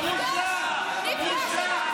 נפגש עם הגברים.